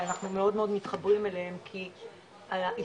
שאנחנו מאוד מתחברים אליהם כי העיסוק